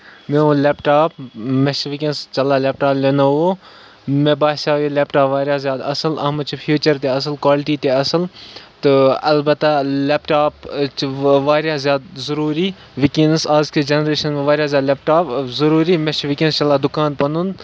میون laptop مےٚ چھُ وٕنکین چلان لیپ ٹاپ لِنووو مےٚ باسیو یہِ لیپ ٹاپ واریاہ زیادٕ اَصٕل اَتھ منٛز چھِ فیٖچر تہِ اَصٕل کالٹی تہِ اَصٕل تہٕ اَلبتہ لیپ ٹاپ چھُ واریاہ زیادٕ ضروٗری وٕنکینس آز کہِ جینریشن منٛز واریاہ زیادٕ لیپ ٹاپ ضروٗری مےٚ چھُ وٕنکیٚس چلان دُکان پَنُن